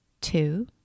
two